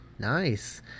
Nice